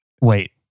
wait